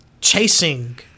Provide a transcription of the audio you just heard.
chasing